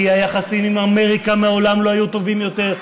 כי היחסים עם אמריקה מעולם לא היו טובים יותר,